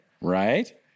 right